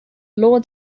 law